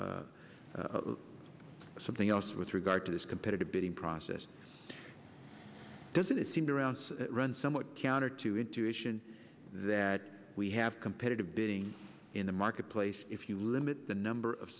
d something else with regard to this competitive bidding process doesn't it seem to around run somewhat counter to intuition that we have competitive bidding in the marketplace if you limit the number of